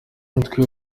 mutwe